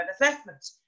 assessment